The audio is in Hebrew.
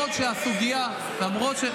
למרות שהסוגיה, למרות,